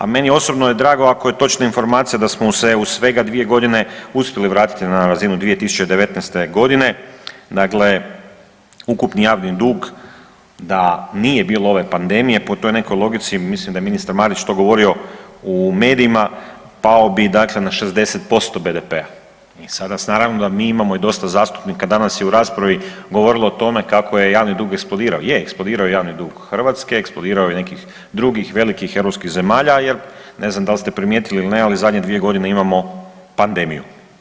A meni osobno je drago ako je točna informacija da smo se u svega 2.g. uspjeli vratiti na razinu 2019.g., dakle ukupni javni dug da nije bilo ove panedmije po toj nekoj logici, mislim da je ministar Marić to govorio u medijima, pao bi dakle na 60% BDP-a i sada naravno da mi imamo i dosta zastupnika, danas je u raspravi govorilo o tome kako je javni dug eksplodirao, je eksplodirao je javni dug Hrvatske, eksplodirao je i nekih drugih velikih europskih zemalja jer ne znam dal ste primjetili il ne, ali zadnje 2.g. imamo pandemiju.